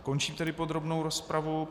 Končím tedy podrobnou rozpravu.